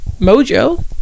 Mojo